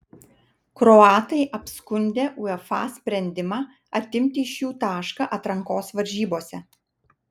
kroatai apskundė uefa sprendimą atimti iš jų tašką atrankos varžybose